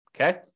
Okay